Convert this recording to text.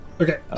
okay